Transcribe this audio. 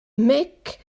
mhic